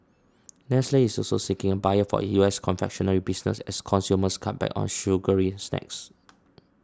nestle is also seeking a buyer for its U S confectionery business as consumers cut back on sugary snacks